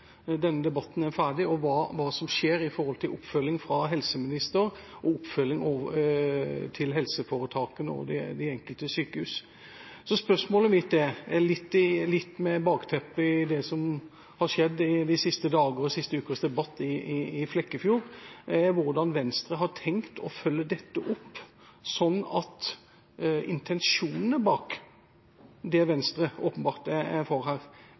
denne debatten er ferdig, og hva som skjer av oppfølging fra helseminister – oppfølging overfor helseforetakene og de enkelte sykehus. Så spørsmålet mitt er, med det som har skjedd de siste dager og med siste ukers debatt i Flekkefjord som bakteppe: Hvordan har Venstre tenkt å følge dette opp, slik at intensjonene bak det Venstre åpenbart er for her,